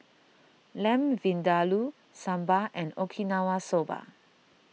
Lamb Vindaloo Sambar and Okinawa Soba